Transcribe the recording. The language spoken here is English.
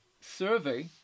survey